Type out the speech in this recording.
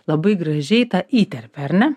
labai gražiai tą įterpia ar ne